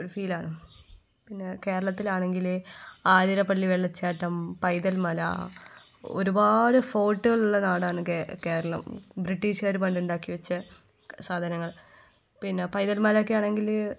ഒരു ഫീലാണ് പിന്നെ കേരളത്തിലാണെങ്കിൽ ആതിരപ്പള്ളി വെള്ളച്ചാട്ടം പൈതൽമല ഒരുപാട് ഫോർട്ടുകളുള്ള നാടാണ് കേരളം ബ്രിട്ടീഷുകാർ പണ്ടുണ്ടാക്കി വെച്ച സാധനങ്ങൾ പിന്നെ പൈതെൽ മലയൊക്കെ ആണങ്കിൽ